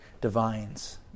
divines